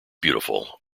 beautiful